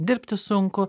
dirbti sunku